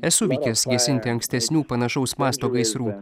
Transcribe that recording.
esu veikęs gesinti ankstesnių panašaus masto gaisrų